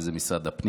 שזה משרד הפנים,